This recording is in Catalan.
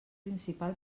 principal